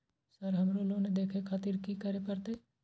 Sir हमरो loan देखें खातिर की करें परतें?